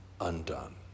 undone